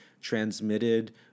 transmitted